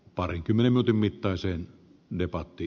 parinkymmenen vuoden mittaiseen neropatti